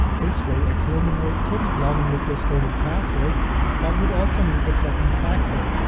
this way a criminal couldn't login with your stolen password but would also need the second factor,